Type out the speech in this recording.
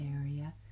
area